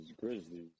Grizzlies